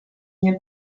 nie